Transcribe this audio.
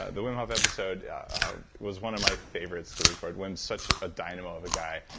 ah the wim hof episode was one of my favorites to record. wim's such a dynamo of a guy,